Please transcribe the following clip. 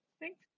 Thanks